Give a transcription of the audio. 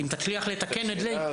אם תצליח לתקן את זה,